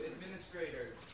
administrators